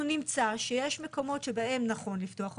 אנחנו נמצא שיש מקומות שבהם נכון לפתוח אותו,